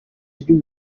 ry’u